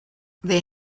they